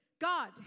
God